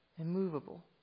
immovable